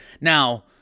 Now